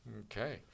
Okay